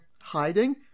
hiding